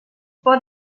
pot